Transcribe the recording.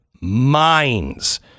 minds